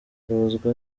babazwa